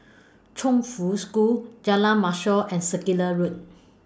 Chongfu School Jalan Mashor and Circular Road